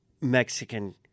Mexican